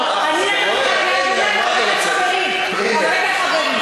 לא, אני נתתי לך קריאת ביניים על רקע חברי.